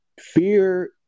fear